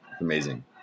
Amazing